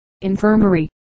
infirmary